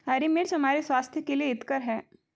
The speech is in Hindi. हरी मिर्च हमारे स्वास्थ्य के लिए हितकर हैं